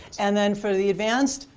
and then for the advanced,